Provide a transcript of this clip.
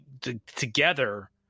together